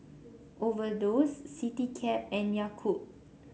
Overdose Citycab and Yakult